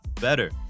better